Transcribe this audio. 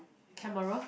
camera